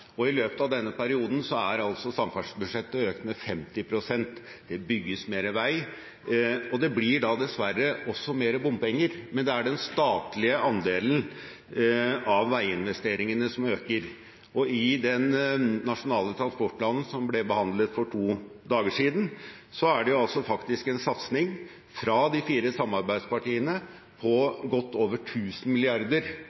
Og i løpet av denne perioden er altså samferdselsbudsjettet økt med 50 pst. Det bygges mer vei, og det blir da dessverre også mer bompenger, men det er den statlige andelen av veiinvesteringene som øker. Og i den nasjonale transportplanen som ble behandlet for to dager siden, er det faktisk en satsing fra de fire samarbeidspartiene